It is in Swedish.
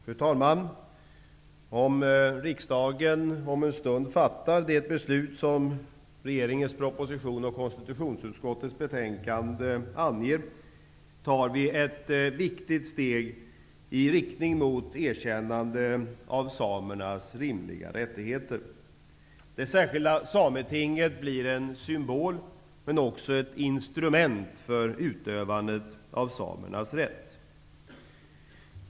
Fru talman! Om riksdagen om en stund fattar det beslut som anges i regeringens proposition och konstitutionsutskottets betänkande, tar vi ett viktigt steg i riktning mot erkännande av samernas rimliga rättigheter. Det särskilda Sametinget blir en symbol, men också ett instrument för utövandet av samernas rätt.